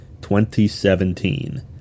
2017